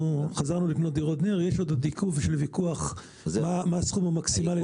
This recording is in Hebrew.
יש עוד עיכוב וויכוח מה הסכום המקסימלי